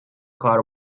کار